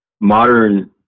modern